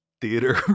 theater